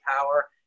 power